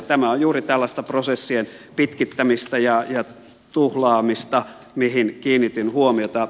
tämä on juuri tällaista prosessien pitkittämistä ja tuhlaamista mihin kiinnitin huomiota